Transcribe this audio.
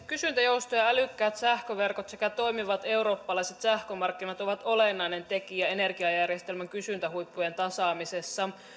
kysyntäjousto ja älykkäät sähköverkot sekä toimivat eurooppalaiset sähkömarkkinat ovat olennainen tekijä energiajärjestelmän kysyntähuippujen tasaamisessa